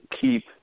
keep